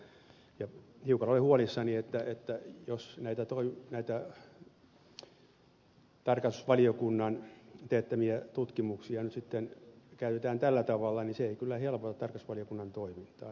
hiukan olen huolissani että jos näitä tarkastusvaliokunnan teettämiä tutkimuksia nyt sitten käytetään tällä tavalla niin se ei kyllä helpota tarkastusvaliokunnan toimintaa